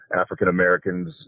African-Americans